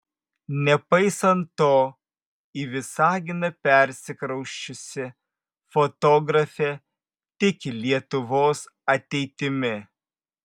nepaisant to į visaginą persikrausčiusi fotografė tiki lietuvos ateitimi